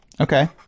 Okay